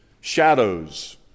shadows